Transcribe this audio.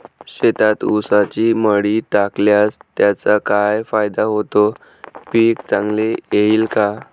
शेतात ऊसाची मळी टाकल्यास त्याचा काय फायदा होतो, पीक चांगले येईल का?